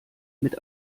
mit